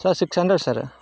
sir six hundred sir